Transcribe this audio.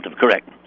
correct